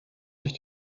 sich